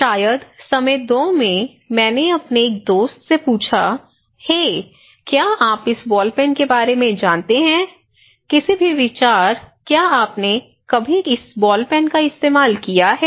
शायद समय 2 में मैंने अपने एक दोस्त से पूछा हे क्या आप इस बॉल पेन के बारे में जानते हैं किसी भी विचार क्या आपने कभी इस बॉल पेन का इस्तेमाल किया है